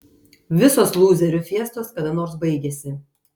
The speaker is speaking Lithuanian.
visos lūzerių fiestos kada nors baigiasi